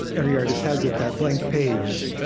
every artist has it, that blank page,